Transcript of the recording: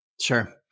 Sure